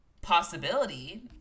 possibility